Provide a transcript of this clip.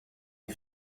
die